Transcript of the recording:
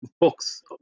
books